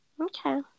Okay